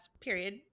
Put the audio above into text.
period